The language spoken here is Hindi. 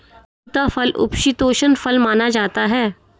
सीताफल उपशीतोष्ण फल माना जाता है